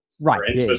Right